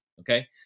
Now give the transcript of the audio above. Okay